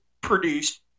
produced